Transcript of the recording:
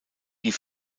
die